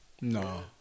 No